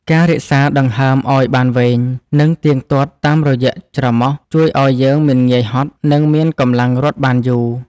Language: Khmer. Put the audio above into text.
ការរក្សាដង្ហើមឱ្យបានវែង និងទៀងទាត់តាមរយៈច្រមុះ ជួយឱ្យយើងមិនងាយហត់ និងមានកម្លាំងរត់បានយូរ។